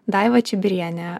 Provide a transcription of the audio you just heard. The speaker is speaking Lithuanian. daiva čibiriene